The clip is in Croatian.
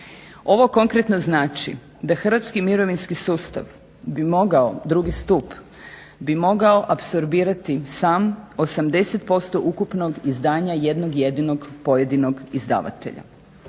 bi mogao, drugi stup, bi mogao apsorbirati sam 80% ukupnog izdanja jednog jedinog pojedinog izdavatelja